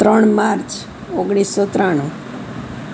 ત્રણ માર્ચ ઓગણીસો ત્રાણું